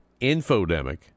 infodemic